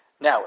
Now